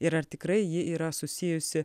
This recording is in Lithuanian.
ir ar tikrai ji yra susijusi